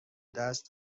دست